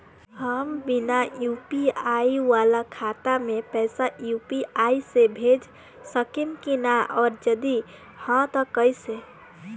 हम बिना यू.पी.आई वाला खाता मे पैसा यू.पी.आई से भेज सकेम की ना और जदि हाँ त कईसे?